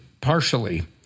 Partially